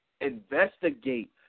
investigate